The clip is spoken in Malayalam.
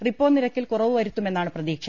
റിപ്പോനിരക്കിൽ കുറവുവരുത്തു മെന്നാണ് പ്രതീക്ഷ